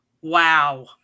Wow